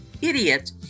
Idiot